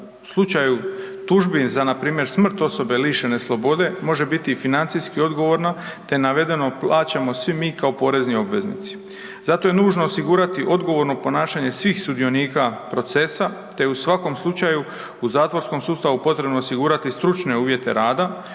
u slučaju tužbi za npr. smrt osobe lišene slobode može biti i financijski odgovorna, te navedeno plaćamo svi mi kao porezni obveznici. Zato je nužno osigurati odgovorno ponašanje svih sudionika procesa, te je u svakom slučaju u zatvorskom sustavu potrebno osigurati stručne uvjete rada